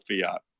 fiat